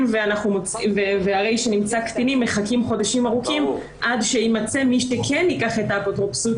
אולם נמצא קטינים מחכים חודשים ארוכים עד שיימצא מי שכן ייקח את האפוטרופסות